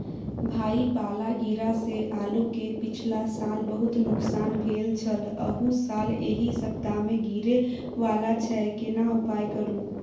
भाई पाला गिरा से आलू के पिछला साल बहुत नुकसान भेल छल अहू साल एहि सप्ताह में गिरे वाला छैय केना उपाय करू?